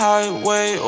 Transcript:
Highway